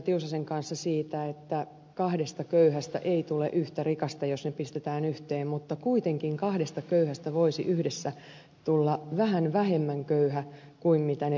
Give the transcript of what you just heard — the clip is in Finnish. tiusasen kanssa siitä että kahdesta köyhästä ei tule yhtä rikasta jos ne pistetään yhteen mutta kuitenkin kahdesta köyhästä voisi yhdessä tulla vähän vähemmän köyhä kuin mitä ne yksinään ovat